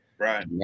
Right